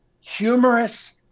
humorous